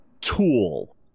tool